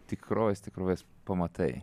tikrovės tikrovės pamatai